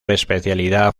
especialidad